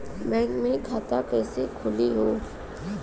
Bank मे खाता कईसे खुली हो?